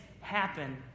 happen